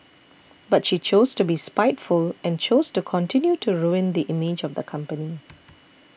but she chose to be spiteful and chose to continue to ruin the image of the company